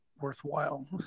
worthwhile